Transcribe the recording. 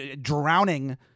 drowning